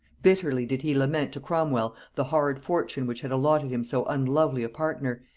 bitterly did he lament to cromwel the hard fortune which had allotted him so unlovely a partner,